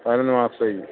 പതിനൊന്ന് മാസമായി